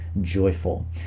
joyful